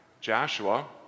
Joshua